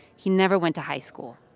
he never went to high school.